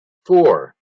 four